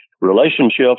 Relationships